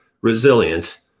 resilient